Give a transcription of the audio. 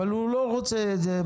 אבל הוא לא רוצה את זה.